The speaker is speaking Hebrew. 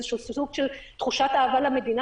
זה איזה שהוא סוג של תחושת אהבה למדינה